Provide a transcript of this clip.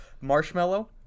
marshmallow